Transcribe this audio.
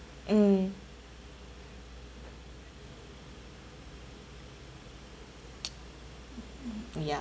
mm yeah